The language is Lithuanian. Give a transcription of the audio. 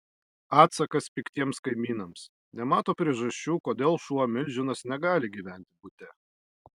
atsakas piktiems kaimynams nemato priežasčių kodėl šuo milžinas negali gyventi bute